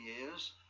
years